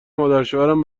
مادرشوهرم